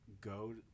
go